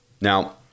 Now